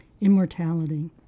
Immortality